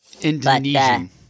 Indonesian